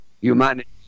humanity